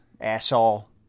asshole